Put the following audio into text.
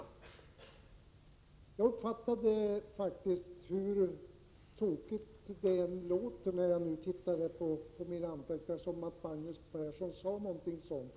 Hur tokigt det än verkar när jag nu tittar på mina anteckningar uppfattade jag att Magnus Persson sade någonting sådant. Jag måste faktiskt fråga mig om jag hörde rätt.